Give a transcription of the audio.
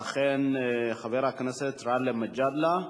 ואכן, חבר הכנסת גאלב מג'אדלה,